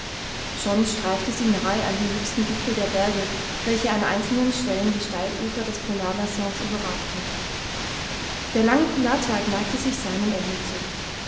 schon streifte sie nahe an die höchsten gipfel der berge welche an einzelnen stellen die steilufer des polarbassins überragten der lange polartag neigte sich seinem ende zu